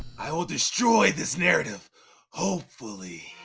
i will destroy this narrative hopefully.